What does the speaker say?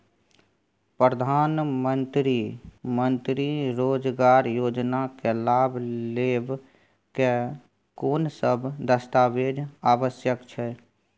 प्रधानमंत्री मंत्री रोजगार योजना के लाभ लेव के कोन सब दस्तावेज आवश्यक छै?